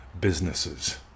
businesses